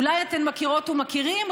אולי אתן מכירות או מכירים,